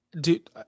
Dude